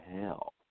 hell